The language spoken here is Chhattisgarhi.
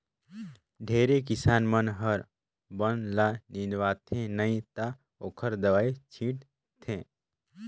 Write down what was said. ढेरे किसान मन हर बन ल निंदवाथे नई त ओखर दवई छींट थे